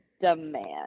demand